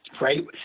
right